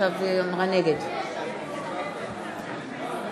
נגד נחמן שי, נגד סילבן שלום,